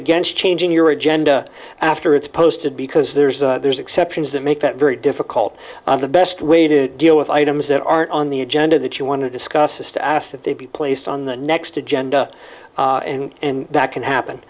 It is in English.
against changing your agenda after it's posted because there's a there's exceptions that make that very difficult and the best way to deal with items that aren't on the agenda that you want to discuss is to ask that they be placed on the next agenda and that can happen